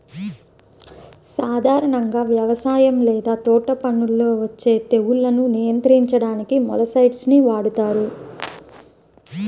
సాధారణంగా వ్యవసాయం లేదా తోటపనుల్లో వచ్చే తెగుళ్లను నియంత్రించడానికి మొలస్సైడ్స్ ని వాడుతారు